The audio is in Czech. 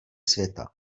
světa